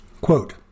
Quote